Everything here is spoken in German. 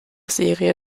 serie